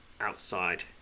outside